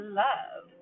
love